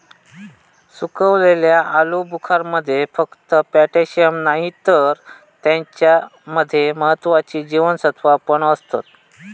सुखवलेल्या आलुबुखारमध्ये फक्त पोटॅशिअम नाही तर त्याच्या मध्ये महत्त्वाची जीवनसत्त्वा पण असतत